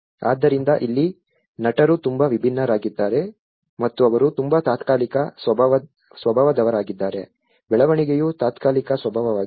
ಆದ್ದರಿಂದ ಇಲ್ಲಿ ನಟರು ತುಂಬಾ ವಿಭಿನ್ನರಾಗಿದ್ದಾರೆ ಮತ್ತು ಅವರು ತುಂಬಾ ತಾತ್ಕಾಲಿಕ ಸ್ವಭಾವದವರಾಗಿದ್ದಾರೆ ಬೆಳವಣಿಗೆಯು ತಾತ್ಕಾಲಿಕ ಸ್ವಭಾವವಾಗಿದೆ